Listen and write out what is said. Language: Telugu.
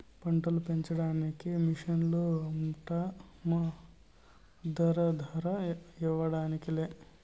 పంటలు పెంచడానికి మిషన్లు అంట మద్దదు ధర ఇవ్వడానికి లే